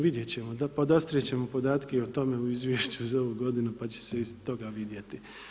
Vidjeti ćemo, podastrijeti ćemo podatke i o tome u izvješću za ovu godinu pa će se iz toga vidjeti.